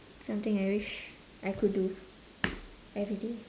something I wish I could do everyday